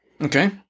Okay